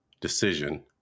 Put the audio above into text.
decision